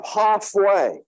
halfway